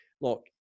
look